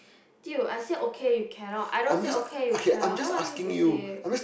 dude I say okay you cannot I don't say okay you cannot then what you want me to say